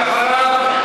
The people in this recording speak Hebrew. ואחריו,